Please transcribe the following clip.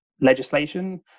legislation